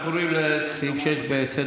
אנחנו עוברים לסעיף 6 בסדר-היום,